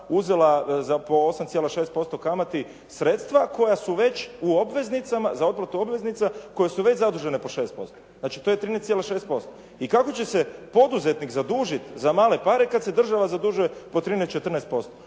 uzela za po 8,6% kamati sredstva koja su već u obveznicama, za otplatu obveznica koje su već zadužene po 6%. Znači to je 13,6% i kako će se poduzetnik zadužiti za male pare kad se država zadužuje po 13, 14%?